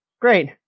Great